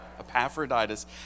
Epaphroditus